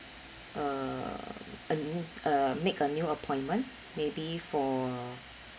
uh uh uh make a new appointment maybe for